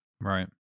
right